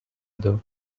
other